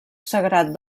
sagrat